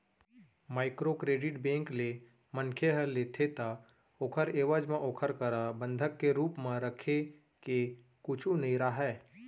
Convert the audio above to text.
micro credit bank ले मनखे ह लेथे ता ओखर एवज म ओखर करा बंधक के रुप म रखे के कुछु नइ राहय